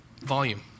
volume